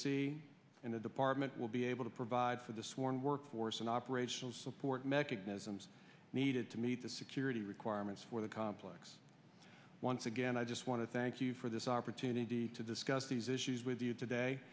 c in the department will be able to provide for the sworn workforce and operational support mechanisms needed to meet the security requirements for the complex once again i just want to thank you for this opportunity to discuss these issues with you today